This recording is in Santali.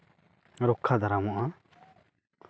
ᱨᱚᱠᱠᱷᱟ ᱫᱟᱨᱟᱢᱚᱜᱼᱟ